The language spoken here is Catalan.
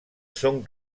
són